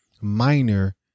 minor